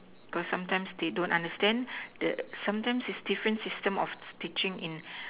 cause sometimes they don't understand the sometimes it's different system of teaching in